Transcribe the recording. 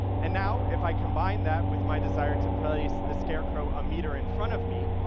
and now, if i combine that with my desire to place the scare crow a meter in front of me,